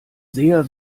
sehr